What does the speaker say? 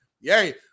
Yay